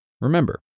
Remember